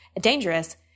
Dangerous